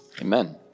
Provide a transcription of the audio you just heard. Amen